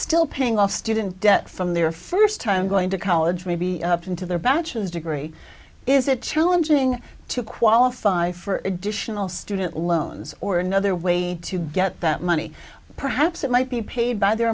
still paying off student debt from their first time going to college maybe up into their bachelor's degree is it challenging to qualify for additional student loans or another way to get that money perhaps it might be paid by their